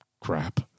crap